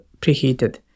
preheated